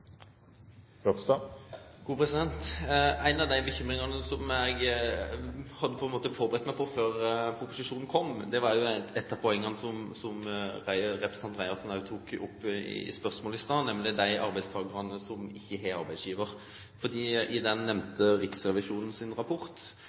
En av de bekymringene som jeg hadde forberedt meg på før proposisjonen kom, var et av poengene som representanten Reiertsen tok opp i spørsmålet i sted, nemlig de arbeidstakerne som ikke har arbeidsgiver. I den